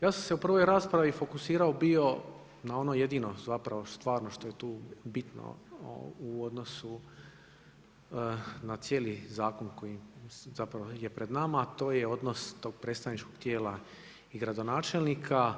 Ja sam se u prvoj raspravi fokusirao bio na ono jedino zapravo stvarno što je tu bitno u odnosu na cijeli zakon koji zapravo je pred nama a to je odnos tog predstavničkog tijela i gradonačelnika.